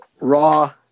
Raw